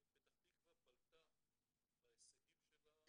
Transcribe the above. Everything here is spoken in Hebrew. פתח תקווה בלטה בהישגים שלה --- ההורים,